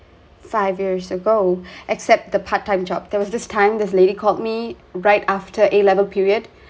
five years ago except the part time job there was this time this lady called me right after A level period